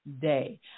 day